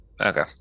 Okay